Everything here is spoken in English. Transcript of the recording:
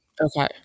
Okay